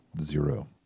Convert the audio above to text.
Zero